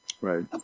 Right